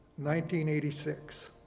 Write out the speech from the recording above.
1986